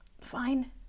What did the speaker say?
Fine